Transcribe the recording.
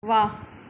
वाह